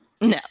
No